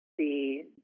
see